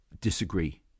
disagree